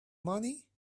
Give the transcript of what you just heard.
money